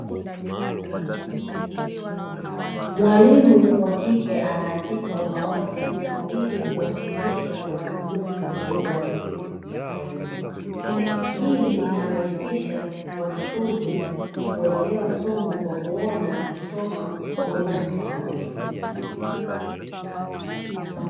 Mwalimu wa kike, anaandika ubaoni ili kuwafundisha wanafunzi kwa uwazi zaidi. Hii inarahisisha wanafunzi kuelewa somo kwa kuona na kusoma moja kwa moja.